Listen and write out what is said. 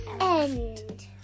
end